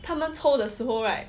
他们抽的时候 right